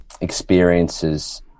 experiences